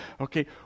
Okay